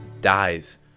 dies